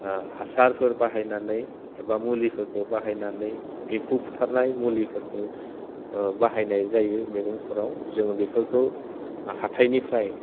हासारफोर बाहायनानै एबा मुलिफोरखौ बाहायनानै एम्फौ फुथारनाय मुलिफोरखौ बाहायनाय जायो मैगंफोराव जोङो बेफोरखौ हाथाइनिफ्राय